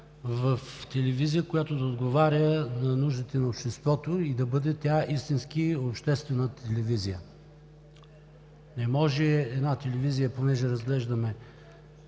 в телевизия, която да отговаря на нуждите на обществото и да бъде тя истински обществена телевизия. Не може една телевизия – тъй като разглеждаме